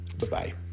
Bye-bye